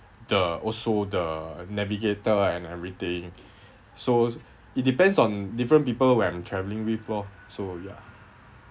the also the navigator and everything so it depends on different people when travelling with loh so ya